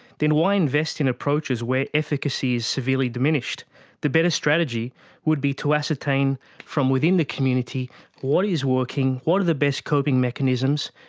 then why invest in approaches where efficacy is severely diminished the better strategy would be to ascertain from within the community what is working, what are the best coping mechanisms,